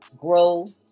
grow